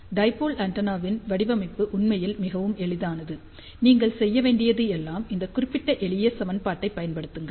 dipole ஆண்டெனாவின் வடிவமைப்பு உண்மையில் மிகவும் எளிதானது நீங்கள் செய்ய வேண்டியது எல்லாம் இந்த குறிப்பிட்ட எளிய சமன்பாட்டைப் பயன்படுத்துங்கள்